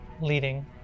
leading